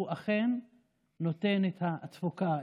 הוא אכן נותן את התפוקה,